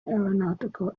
aeronautical